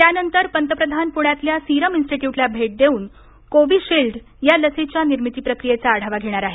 त्यानंतर पंतप्रधान पुण्यातल्या सीरम इन्स्टीट्युटला भेट देऊन कोविशील्ड या लसीच्या निर्मिती प्रक्रियेचा आढावा घेणार आहेत